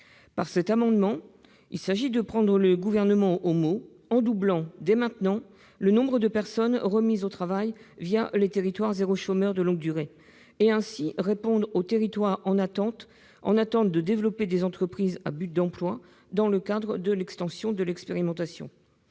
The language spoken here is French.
Avec cet amendement, il s'agit de prendre le Gouvernement au mot, en doublant dès maintenant le nombre de personnes remises au travail le programme « Territoires zéro chômeur de longue durée », et, ainsi, de répondre aux territoires en attente de développer des entreprises à but d'emploi- ou EBE -dans le cadre de l'extension de cette expérimentation.